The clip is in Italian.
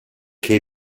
che